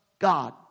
God